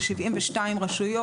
ב-72 רשויות,